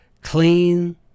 Clean